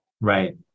Right